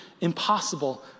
impossible